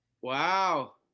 Wow